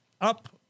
up